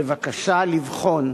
בבקשה לבחון